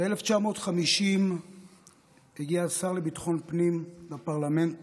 ב-1950 הגיע השר לביטחון פנים לפרלמנט